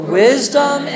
wisdom